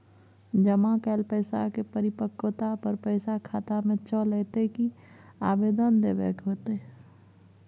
जमा कैल पैसा के परिपक्वता पर पैसा खाता में चल अयतै की आवेदन देबे के होतै?